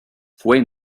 fue